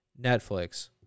netflix